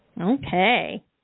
Okay